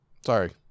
Sorry